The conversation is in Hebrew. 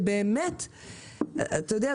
אתה יודע,